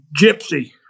Gypsy